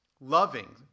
loving